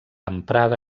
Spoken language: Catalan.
emprada